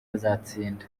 azatsinda